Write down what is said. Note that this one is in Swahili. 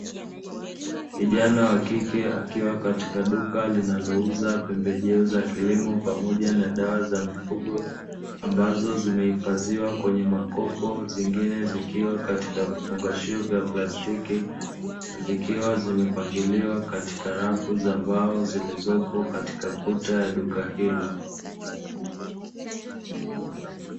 Kijana wa kike akiwa katika duka linalouza pembejeo za kilimo pamoja na dawa za mifugo ambazo zimehifadhiwa kwenye makopo, zingine zikiwa katika vifungashio vya plastiki, zikiwa zimepangiliwa katika rafu za mbao zilizopo katika kuta ya duka hilo.